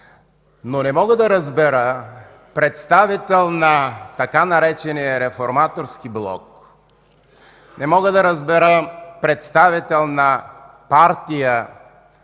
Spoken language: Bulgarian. но не мога да разбера представител на така наречения „Реформаторски блок”, не мога да разбера представител на партия,